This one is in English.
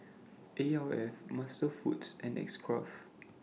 Alf MasterFoods and X Craft